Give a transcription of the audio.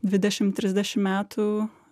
dvidešim trisdešim metų